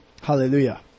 Hallelujah